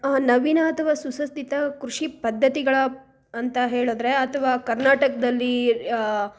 ನವೀನ ಅಥವಾ ಸುಸ್ತಿತ ಕೃಷಿ ಪದ್ಧತಿಗಳು ಅಂತ ಹೇಳಿದ್ರೆ ಅಥವಾ ಕರ್ನಾಟಕದಲ್ಲಿ